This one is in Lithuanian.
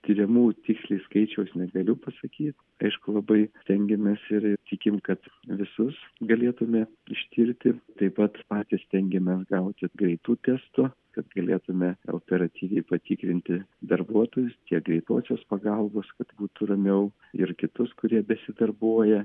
tyrimų tiksliai skaičiaus negaliu pasakyt aišku labai rengiamės ir tikim kad visus galėtume ištirti taip pat patys stengiamės gauti greitų testų kad galėtume operatyviai patikrinti darbuotojus tiek greitosios pagalbos kad būtų ramiau ir kitus kurie besidarbuoja